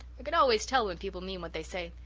i can always tell when people mean what they say.